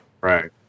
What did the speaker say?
Right